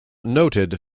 noted